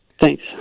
Thanks